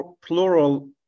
plural